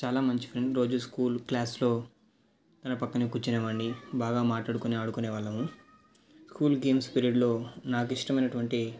చాలా మంచి ఫ్రెండ్ రోజూ స్కూల్ క్లాస్లో తన ప్రక్కనే కూర్చొనేవాడిని బాగా మాట్లాడుకొని ఆడుకొనే వాళ్ళము స్కూల్ గేమ్స్ పిరియడ్లో నాకు ఇష్టమైనటువంటి